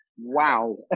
wow